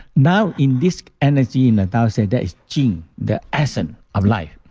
now in this energy, in the tao say that is qi, the essence of life.